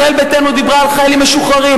ישראל ביתנו דיברה על חיילים משוחררים